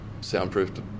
soundproofed